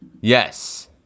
Yes